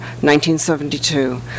1972